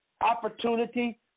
opportunity